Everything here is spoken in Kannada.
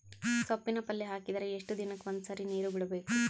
ಸೊಪ್ಪಿನ ಪಲ್ಯ ಹಾಕಿದರ ಎಷ್ಟು ದಿನಕ್ಕ ಒಂದ್ಸರಿ ನೀರು ಬಿಡಬೇಕು?